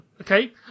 okay